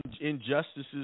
injustices